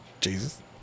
Jesus